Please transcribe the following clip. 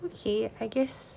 okay I guess